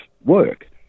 work